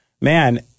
Man